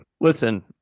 listen